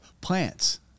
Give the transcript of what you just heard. plants